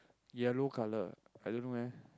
yellow colour I don't know leh